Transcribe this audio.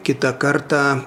kitą kartą